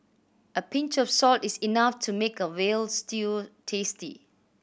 a pinch of salt is enough to make a veal stew tasty